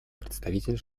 представитель